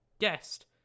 guest